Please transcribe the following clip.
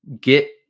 get